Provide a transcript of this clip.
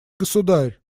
государь